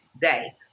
day